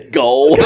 goal